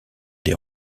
des